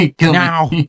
Now